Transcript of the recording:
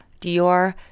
Dior